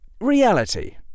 Reality